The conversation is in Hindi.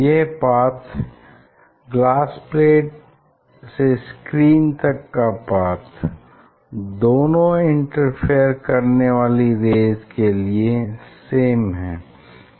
यह पाथ ग्लास प्लेट से स्क्रीन तक का पाथ दोनों इंटरफेयर करने वाली रेज़ के लिए सेम है